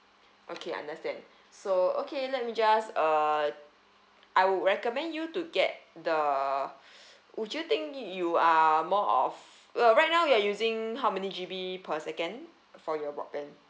okay understand so okay let me just uh I will recommend you to get the would you think you are more of uh right now you are using how many G_B per second for your broadband